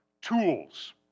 tools